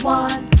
one